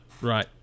right